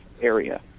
area